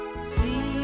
See